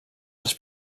les